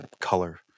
color